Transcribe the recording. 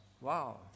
Wow